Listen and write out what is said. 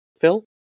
Phil